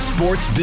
Sports